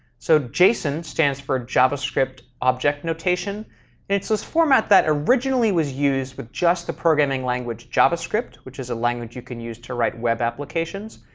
so json stands for javascript object notation, and it's this format that originally was used with just the programming language javascript, which is a language you can use to write web applications.